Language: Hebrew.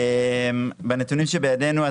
בנתונים שבידנו,